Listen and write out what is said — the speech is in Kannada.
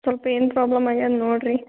ಸ್ವಲ್ಪ ಏನು ಪ್ರಾಬ್ಲಮ್ ಆಗ್ಯದ ನೋಡಿರಿ